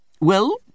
Well